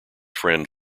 friend